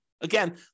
Again